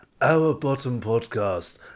ourbottompodcast